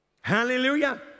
Hallelujah